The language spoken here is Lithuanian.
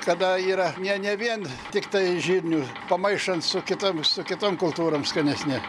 kada yra ne ne vien tiktai žirnių pamaišant su kitomis su kitom kultūrom skanesni